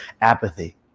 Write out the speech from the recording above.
Apathy